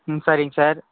ம் சரிங்க சார்